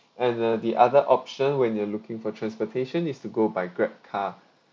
and uh the other option when you're looking for transportation is to go by grab car